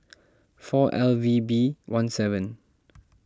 four L V B one seven